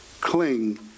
cling